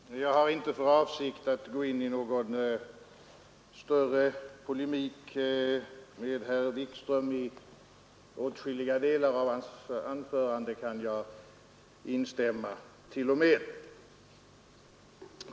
Herr talman! Jag har inte för avsikt att gå in i någon mer omfattande polemik med herr Wikström. Jag kan t.o.m. instämma i åtskilliga delar av hans anförande.